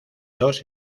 dos